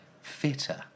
fitter